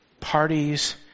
parties